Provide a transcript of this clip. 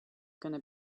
gonna